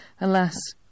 Alas